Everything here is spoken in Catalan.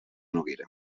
noguera